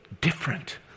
different